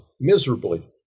miserably